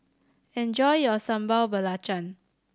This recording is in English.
enjoy your Sambal Belacan